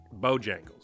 Bojangles